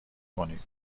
کنید